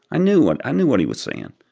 i knew what i knew what he was saying.